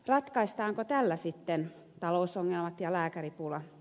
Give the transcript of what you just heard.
ratkaistaanko tällä sitten talousongelmat ja lääkäripula